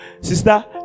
Sister